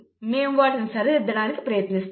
మేము వాటిని సరిదిద్దడానికి ప్రయత్నిస్తాము